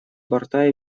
борта